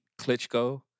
Klitschko